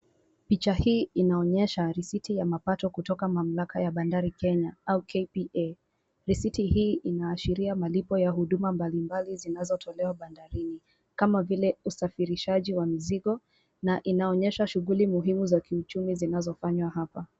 Picha hii inaonyesha risiti ya mapato kutoka mamlaka ya bandari Kenya au KPA. Risiti hii inaashiria malipo ya huduma mbalimbali zinazotolewa bandarini kama vile usafirishaji wa mizigo na inaonyesha shughuli muhimu za kiuchumi zinazofanywa hapa.